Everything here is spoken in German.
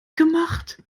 gemacht